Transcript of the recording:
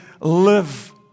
live